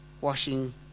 washing